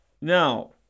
Now